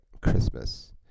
Christmas